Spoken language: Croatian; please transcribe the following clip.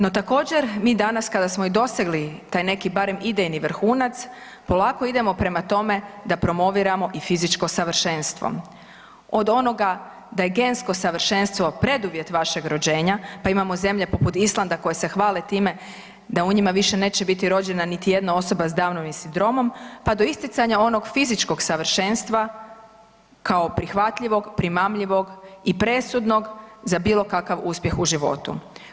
No, također mi danas kada smo i dosegli taj neki barem idejni vrhunac polako idemo prema tome da promoviramo i fizičko savršenstvo, od onoga da je gensko savršenstvo preduvjet vašeg rođenja, pa imamo zemlje poput Islanda koje se hvale time da u njima više neće biti rođena niti jedna osoba s downovim sindromom, pa do isticanja onog fizičkog savršenstva kao prihvatljivog, primamljivog i presudnog za bilo kakav uspjeh u životu.